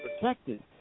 protected